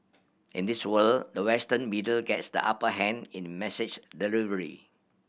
in this world the western media gets the upper hand in message delivery